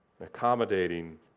accommodating